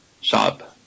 Shop